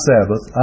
Sabbath